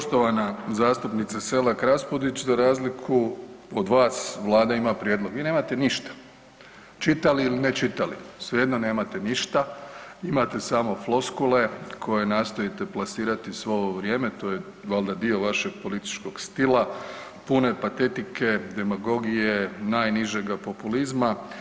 Poštovana zastupnice Selak Raspudić, za razliku od vas vlada ima prijedlog, vi nemate ništa, čitali ili ne čitali, svejedno nemate ništa, imate samo floskule koje nastojite plasirati svo ovo vrijeme, to je valda dio vašeg političkog stila, puno je patetike, demagogije, najnižega populizma.